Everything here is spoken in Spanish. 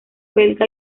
belga